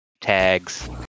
tags